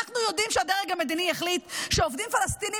יודעים שהדרג המדיני החליט שעובדים פלסטינים